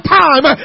time